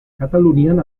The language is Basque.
katalunian